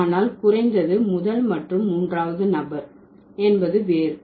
ஆனால் குறைந்தது முதல் மற்றும் மூன்றாவது நபர் என்பது வேறு